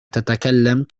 تتكلم